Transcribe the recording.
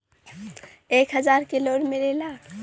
एक हजार के लोन मिलेला?